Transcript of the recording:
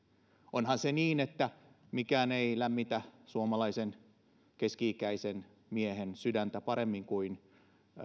onhan se niin että mikään ei lämmitä suomalaisen keski ikäisen miehen sydäntä paremmin kuin